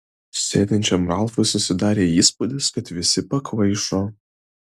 sėdinčiam ralfui susidarė įspūdis kad visi pakvaišo